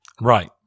Right